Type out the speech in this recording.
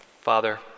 Father